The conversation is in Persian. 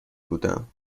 بودم